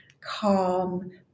calm